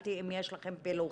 שאלתי אם יש לכם פילוחים,